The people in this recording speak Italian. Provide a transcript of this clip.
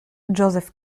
joseph